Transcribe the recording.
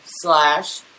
slash